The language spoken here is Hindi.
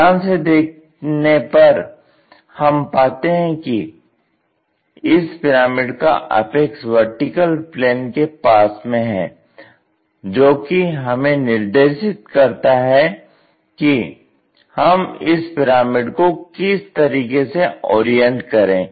ध्यान से देखने पर हम पाते हैं कि इस पिरामिड का अपेक्स वर्टिकल प्लेन के पास में है जो कि हमें निर्देशित करता है कि हम इस पिरामिड को किस तरीके से ओरिएंट करें